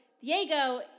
Diego